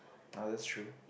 ah that's true